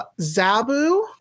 Zabu